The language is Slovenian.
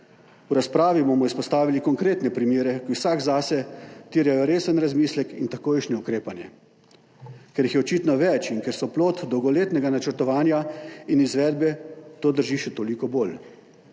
V razpravi bomo izpostavili konkretne primere, ki vsak zase terjajo resen razmislek in takojšnje ukrepanje. Ker jih je očitno več in ker so plod dolgoletnega načrtovanja in izvedbe, to drži še toliko bolj.